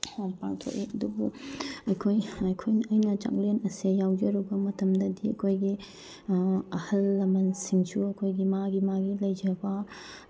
ꯄꯥꯡꯊꯣꯛꯏ ꯑꯗꯨꯕꯨ ꯑꯩꯈꯣꯏ ꯑꯩꯈꯣꯏ ꯑꯩꯅ ꯆꯥꯛꯂꯦꯟ ꯑꯁꯦ ꯌꯥꯎꯖꯔꯨꯕ ꯃꯇꯝꯗꯗꯤ ꯑꯩꯈꯣꯏꯒꯤ ꯑꯍꯟ ꯂꯃꯟꯁꯤꯡꯁꯨ ꯑꯩꯈꯣꯏꯒꯤ ꯃꯥꯒꯤ ꯃꯥꯒꯤ ꯂꯩꯖꯕ